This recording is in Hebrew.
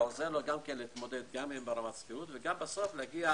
זה עוזר לו להתמודד עם השכירות ובסוף גם להגיע